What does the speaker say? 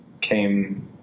came